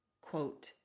quote